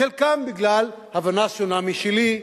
חלקם בגלל הבנה שונה משלי,